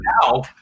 now